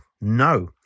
no